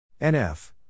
NF